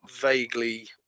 vaguely